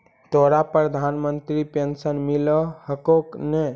तोहरा प्रधानमंत्री पेन्शन मिल हको ने?